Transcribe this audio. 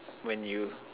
when you